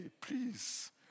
please